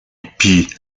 hippie